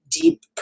deep